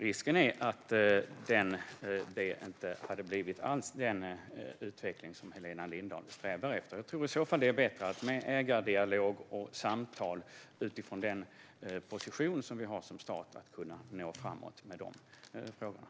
Risken är att det inte alls hade blivit den utveckling som Helena Lindahl strävar efter. Jag tror att det är bättre med ägardialog och samtal utifrån den position vi har som stat för att kunna nå framsteg i dessa frågor.